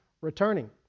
returning